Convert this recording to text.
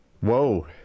Whoa